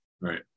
right